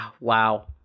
wow